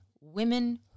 women